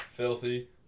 Filthy